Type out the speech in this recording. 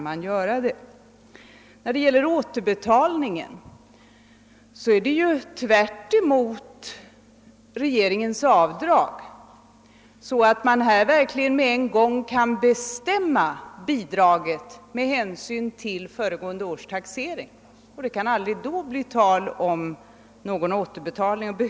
Bidraget är, i motsats till vad gäller regeringens avdrag, så anordnat att man med en gång kan bestämma detsamma med hänsyn till föregående års taxering. Det kan då inte och behöver inte heller bli tal om någon återbetalning.